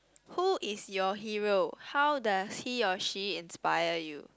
who is your hero how does he or she inspire you